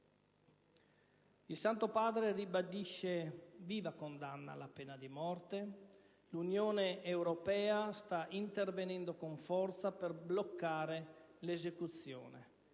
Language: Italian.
Il Santo Padre ribadisce viva condanna della pena di morte, l'Unione europea sta intervenendo con forza per bloccare l'esecuzione